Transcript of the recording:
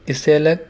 اس سے الگ